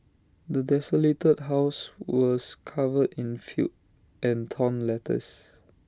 the desolated house was covered in filth and torn letters